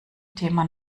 thema